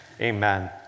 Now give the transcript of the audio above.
Amen